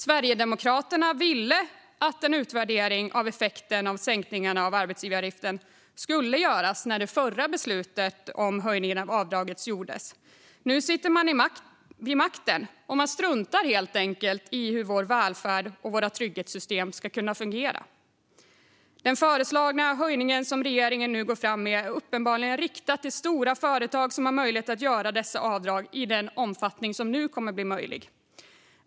Sverigedemokraterna ville att en utvärdering av effekten av sänkningarna av arbetsgivaravgifterna skulle göras när det förra beslutet om en höjning av avdraget gjordes. Nu sitter de vid makten och struntar helt enkelt i hur vår välfärd och våra trygghetssystem ska kunna fungera. Den föreslagna höjningen som regeringen nu går fram med är uppenbarligen riktad till stora företag som har möjlighet att göra dessa avdrag i den omfattning som nu kommer att bli möjlig.